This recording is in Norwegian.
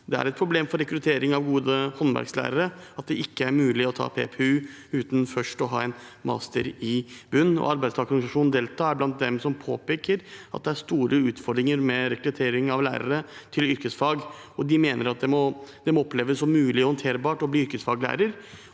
Det er et problem for rekruttering av gode håndverkslærere at det ikke er mulig å ta PPU uten først å ha en master i bunnen. Arbeidstakerorganisasjonen Delta er blant dem som påpeker at det er store utfordringer med rekruttering av lærere til yrkesfag, og de mener at det må oppleves som mulig og håndterbart å bli yrkesfaglærer,